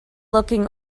looking